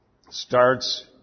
starts